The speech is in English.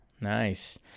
Nice